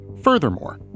Furthermore